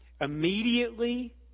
Immediately